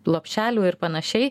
lopšelių ir panašiai